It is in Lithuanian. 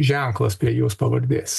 ženklas prie jos pavardės